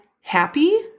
happy